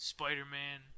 Spider-Man